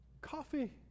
Coffee